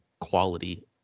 quality